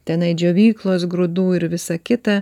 tenai džiovyklos grūdų ir visa kita